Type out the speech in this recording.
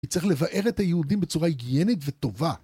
צריך לבער את היהודים בצורה היגיינית וטובה.